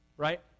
right